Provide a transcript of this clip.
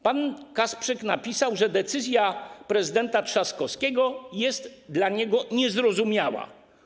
Pan Kasprzyk napisał, że decyzja prezydenta Trzaskowskiego jest dla niego niezrozumiała.